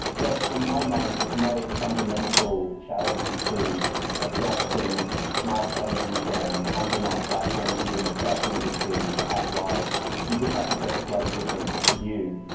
but in my mind, there's no fundamental challenge to adapting smartphones and on demand platforms within the staffing industry at large. you just have to take a slightly different view.